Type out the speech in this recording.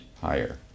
higher